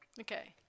Okay